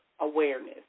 awareness